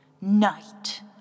Night